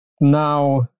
now